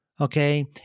Okay